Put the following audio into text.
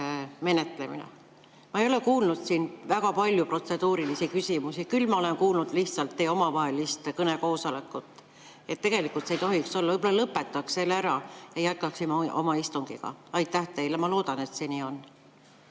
Ma ei ole kuulnud siin väga palju protseduurilisi küsimusi, küll olen ma kuulnud lihtsalt teie omavahelist kõnekoosolekut. Tegelikult see ei tohiks nii olla. Võib-olla lõpetaks selle ära ja jätkaksime oma istungiga? Ma loodan, et see nii on.